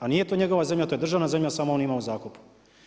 A nije to njegova zemlja, to je država zemlja, samo on ima u zakupu.